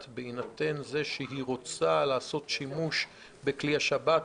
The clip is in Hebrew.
בהינתן זה שהיא רוצה לעשות שימוש בכלי השב"כ.